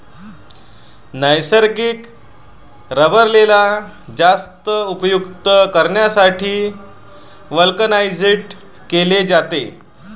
नैसर्गिक रबरेला जास्त उपयुक्त करण्यासाठी व्हल्कनाइज्ड केले जाते